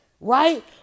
right